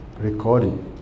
recording